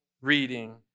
reading